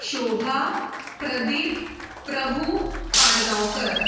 Shobha Pradeep Prabhu Padgaonkar